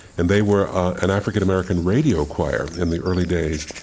and they were an african-american radio choir in the early days.